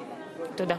תודה.